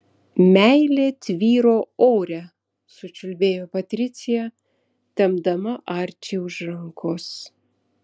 meilė tvyro ore sučiulbėjo patricija tempdama arčį už rankos